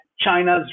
China's